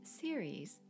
series